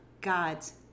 God's